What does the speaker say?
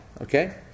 Okay